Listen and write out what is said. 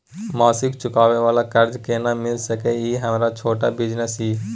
मासिक चुकाबै वाला कर्ज केना मिल सकै इ हमर छोट बिजनेस इ?